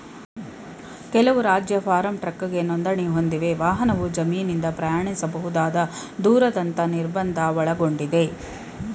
ಕೆಲವು ರಾಜ್ಯ ಫಾರ್ಮ್ ಟ್ರಕ್ಗೆ ನೋಂದಣಿ ಹೊಂದಿವೆ ವಾಹನವು ಜಮೀನಿಂದ ಪ್ರಯಾಣಿಸಬಹುದಾದ ದೂರದಂತ ನಿರ್ಬಂಧ ಒಳಗೊಂಡಿದೆ